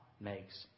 makes